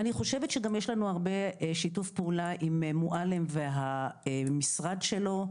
אני חושבת שגם יש לנו הרבה שיתוף פעולה עם מועלם והמשרד שלו,